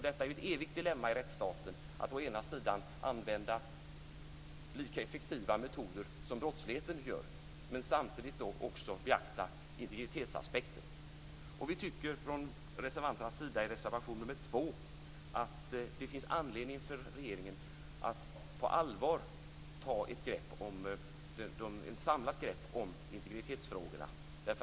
Detta är ju ett evigt dilemma i rättsstaten, att å ena sidan använda lika effektiva metoder som brottsligheten gör, men å andra sidan också beakta integritetsaspekten. Vi tycker från reservanternas sida i reservation nr 2 att det finns anledning för regeringen att på allvar ta ett samlat grepp om integritetsfrågorna.